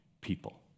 people